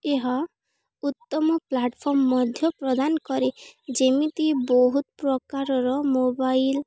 ଏହା ଉତ୍ତମ ପ୍ଲାଟ୍ଫର୍ମ ମଧ୍ୟ ପ୍ରଦାନ କରେ ଯେମିତି ବହୁତ ପ୍ରକାରର ମୋବାଇଲ୍